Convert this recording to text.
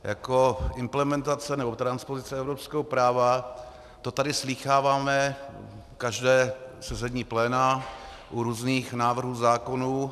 Jako implementace nebo transpozice evropského práva, to tady slýcháváme každé sezení pléna u různých návrhů zákonů.